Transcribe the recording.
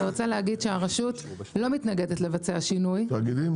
אני רוצה להגיד שהרשות לא מתנגדת לבצע שינוי --- תאגידים?